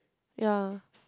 ya